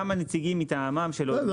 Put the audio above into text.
גם הנציגים מטעמם של --- בסדר.